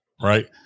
Right